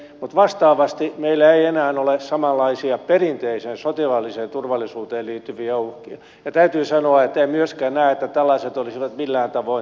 mutta vastaavasti meillä ei enää ole samanlaiseen perinteiseen sotilaalliseen turvallisuuteen liittyviä uhkia ja täytyy sanoa että en myöskään näe että tällaiset olisivat millään tavoin lisääntymässä